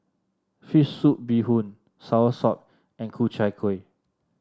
fish soup Bee Hoon soursop and Ku Chai Kuih